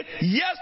yes